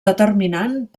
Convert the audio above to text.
determinant